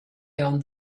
down